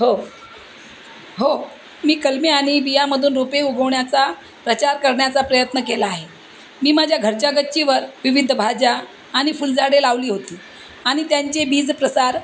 हो हो मी कलमी आणि बियामधून रोपे उगवण्याचा प्रचार करण्याचा प्रयत्न केला आहे मी माझ्या घरच्या गच्चीवर विविध भाज्या आणि फुलझाडे लावली होती आणि त्यांचे बीज प्रसार